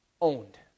owned